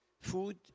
Food